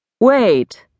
Wait